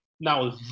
now